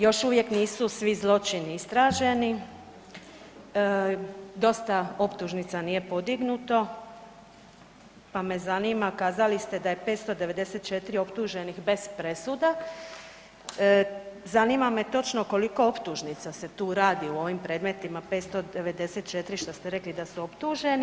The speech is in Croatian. Još uvijek nisu svi zločini istraženi, dosta optuženica nije podignuto pa me zanima kazali ste da je 594 optuženih bez presude, zanima me točno koliko optužnica se tu radi u ovim predmetima 594 što ste rekli da su optuženi?